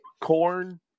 corn